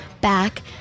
back